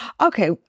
Okay